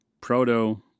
proto